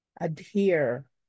adhere